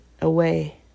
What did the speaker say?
away